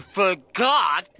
forgot